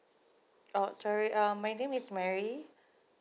oh sorry um my name is mary